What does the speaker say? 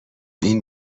این